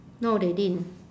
no they didn't